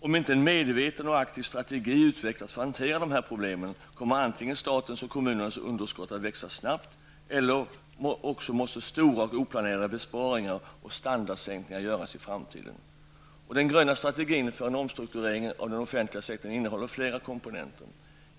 Om inte en medveten och aktiv strategi utvecklas för att hantera dessa problem kommer antingen statens och kommunernas underskott att växa snabbt eller också måste stora och oplanerade besparingar och standardsänkningar göras i framtiden. Den gröna strategin för en omstrukturering av den offentliga sektorn innehåller flera komponenter.